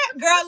girl